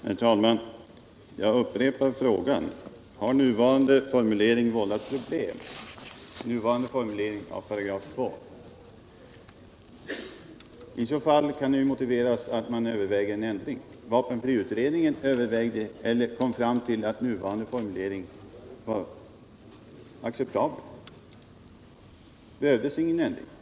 Herr talman! Jag upprepar frågan: Har nuvarande formulering av 2 § vållat problem? I så fall kan det ju motiveras att man överväger en ändring. Vapenfriutredningen kom fram till att nuvarande formulering var acceptabel och att det inte behövdes någon ändring.